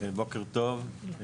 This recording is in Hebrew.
בוקר טוב.